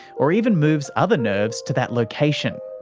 or even moves other nerves to that location.